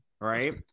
right